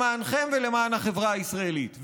למענכם ולמען החברה הישראלית.